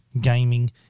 gaming